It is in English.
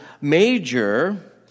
major